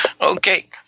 Okay